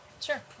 sure